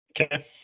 Okay